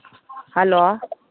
hello